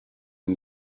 une